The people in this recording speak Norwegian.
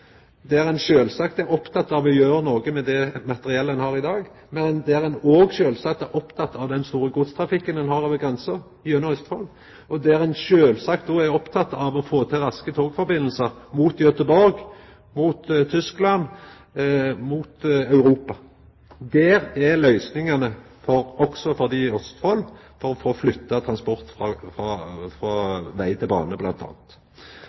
der ein sjølvsagt er oppteken av å gjera noko med det materiellet ein har i dag, men der ein òg sjølvsagt er oppteken av den store godstrafikken ein har over grensa gjennom Østfold, og der ein sjølvsagt er oppteken av å få til raske togsamband mot Göteborg, mot Tyskland, mot Europa. Der er løysingane også for dei i Østfold for å få flytta transport frå veg til